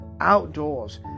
outdoors